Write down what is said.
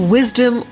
Wisdom